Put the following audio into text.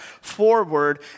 forward